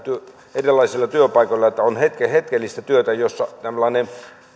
erilaisilla työpaikoilla että on hetkellistä työtä jota